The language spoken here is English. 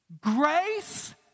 Grace